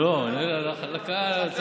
לא, לקהל.